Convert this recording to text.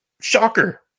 Shocker